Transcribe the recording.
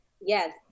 Yes